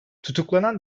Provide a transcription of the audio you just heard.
tutuklanan